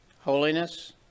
holiness